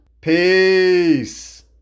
peace